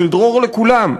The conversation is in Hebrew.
של דרור לכולם.